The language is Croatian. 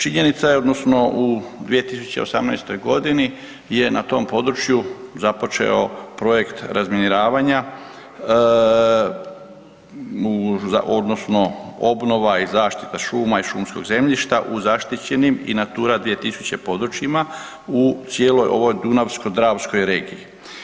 Činjenica je, odnosno u 2018. godini je na tom području započeo projekt razminiravanja, odnosno obnova i zaštita šuma i šumskog zemljišta u zašti enim i Natura 2000 područjima u cijeloj ovoj Dunavsko-dravskoj regiji.